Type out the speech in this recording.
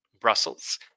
Brussels